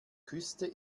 küste